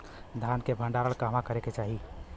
धान के भण्डारण कहवा करे के चाही?